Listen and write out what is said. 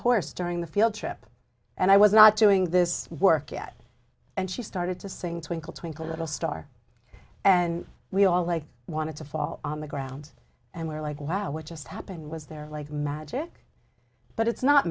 horse during the field trip and i was not doing this work yet and she started to sing twinkle twinkle little star and we all like wanted to fall on the ground and we're like wow what just happened was there like magic but it's not